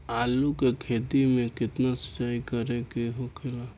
आलू के खेती में केतना सिंचाई करे के होखेला?